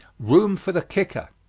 room for the kicker.